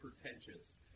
pretentious